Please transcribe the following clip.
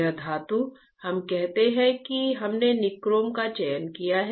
यह धातु हम कहते हैं कि हमने निक्रोम का चयन किया है